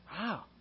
wow